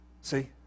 See